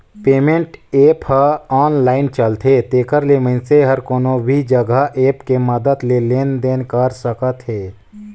payment app ह online चलथे तेखर ले मइनसे हर कोनो भी जघा ऐप के मदद ले लेन देन कइर सकत हे